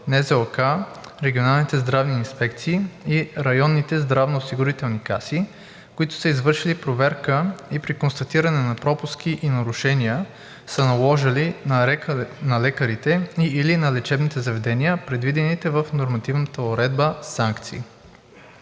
НЗОК, регионалните здравни инспекции и районните здравноосигурителни каси, които са извършили проверки и при констатиране на пропуски и нарушения са наложили на лекарите и/или на лечебните заведения предвидените в нормативната уредба санкции.